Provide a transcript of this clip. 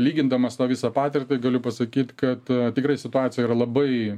lygindamas tą visą patirtį galiu pasakyt kad tikrai situacija yra labai